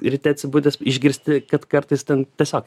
ryte atsibudęs išgirsti kad kartais ten tiesiog